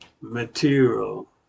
material